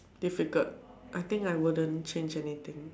difficult I think I wouldn't change anything